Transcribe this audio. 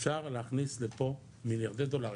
אפשר להכניס לפה מיליארדי דולרים.